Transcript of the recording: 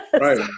Right